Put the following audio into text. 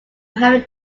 having